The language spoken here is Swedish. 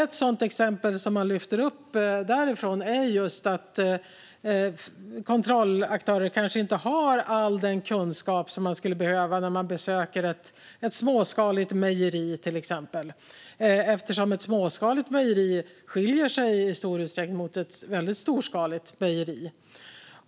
Ett exempel som tas upp där gäller just att kontrollaktörer inte alltid har all den kunskap som de skulle behöva när de besöker ett småskaligt mejeri. Ett sådant skiljer sig ju i stor utsträckning från ett storskaligt mejeri.